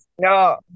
No